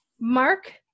Mark